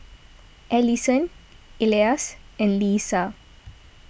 Allyson Elias and Leisa